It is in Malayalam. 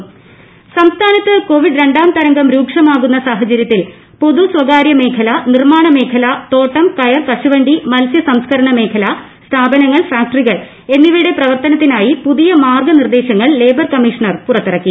ലേബർ കമ്മീഷണർ സംസ്ഥാനത്ത് കോവിഡ് രണ്ടാം തരംഗം രൂക്ഷമാകുന്ന സാഹചര്യത്തിൽ പൊതു സ്വകാര്യമേഖല നിർമ്മാണ മേഖല തോട്ടം കയർ കശുവണ്ടി മത്സ്യസംസ്കരണ മേഖല സ്ഥാപനങ്ങൾ ഫാക്ടറികൾ എന്നിവയ്കളിട്ട് പ്രവർത്തനത്തിനായി പുതിയ മാർഗ നിർദേശങ്ങൾ ലേബ്ലർ കമ്മീഷണർ പുറത്തിറക്കി